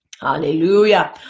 hallelujah